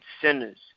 sinners